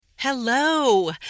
Hello